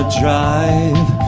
drive